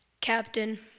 Captain